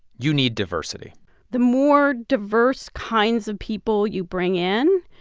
you need diversity the more diverse kinds of people you bring in,